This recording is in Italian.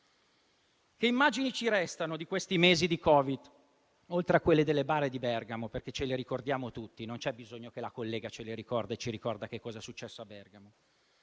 Che immagini ci restano di questi mesi di Covid, oltre a quelle delle bare di Bergamo, che ricordiamo tutti e non c'è bisogno che la collega le ricordi e ci ricordi cosa è successo a Bergamo?